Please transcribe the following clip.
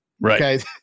Right